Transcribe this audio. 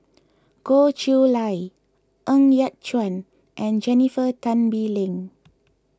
Goh Chiew Lye Ng Yat Chuan and Jennifer Tan Bee Leng